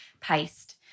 paste